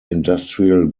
industrial